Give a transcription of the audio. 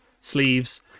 sleeves